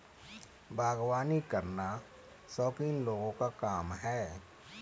बागवानी करना शौकीन लोगों का काम है